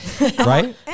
right